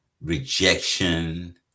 rejection